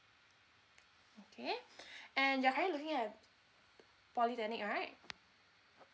okay and you are currently looking at polytechnic right